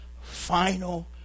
final